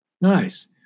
Nice